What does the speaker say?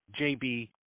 JB